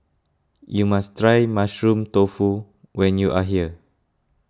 you must try Mushroom Tofu when you are here